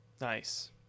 Nice